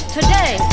Today